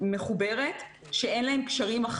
בשקף לגבי התחלואה בגילאי לידה עד שלוש וארבע עד שש מ-1 ביולי,